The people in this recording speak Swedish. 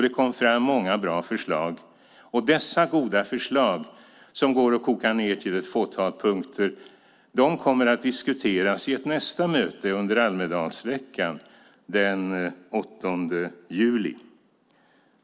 Det kom fram många bra förslag, och dessa goda förslag, som går att koka ned till ett fåtal punkter, kommer att diskuteras i ett nästa möte under Almedalsveckan den 8 juli.